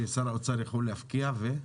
ששר האוצר יכול להפקיע, ו ---?